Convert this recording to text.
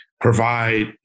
provide